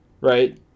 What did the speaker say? Right